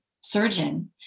surgeon